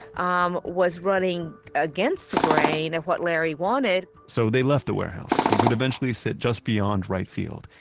um was running against the grain of what larry wanted so they left the warehouse, which would eventually sit just beyond right field,